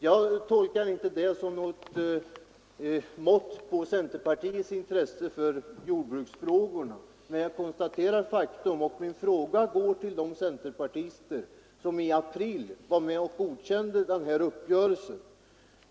Jag tolkar inte det som något mått på centerpartiets intresse för jordbruksfrågorna, jag konstaterar bara faktum. Min fråga går till de centerpartister som i april godkände uppgörelsen.